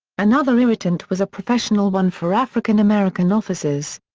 another irritant was a professional one for african-american officers.